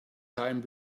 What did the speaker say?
time